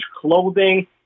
clothing